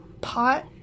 pot